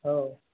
অঁ